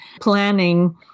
planning